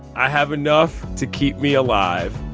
i have enough to keep me alive.